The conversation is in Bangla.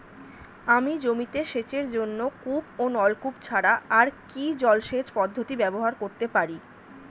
আমি জমিতে সেচের জন্য কূপ ও নলকূপ ছাড়া আর কি জলসেচ পদ্ধতি ব্যবহার করতে পারি?